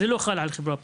זה לא חל על חברה פרטית.